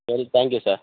சரி thank you sir